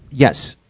yes.